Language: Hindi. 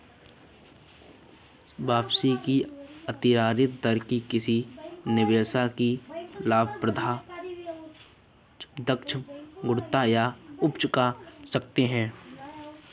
वापसी की आंतरिक दर किसी निवेश की लाभप्रदता, दक्षता, गुणवत्ता या उपज का संकेत है